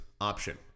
option